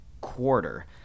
quarter